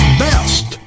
best